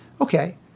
Okay